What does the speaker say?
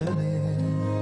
במשך שנה.